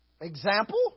Example